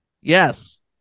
Yes